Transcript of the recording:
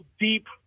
deep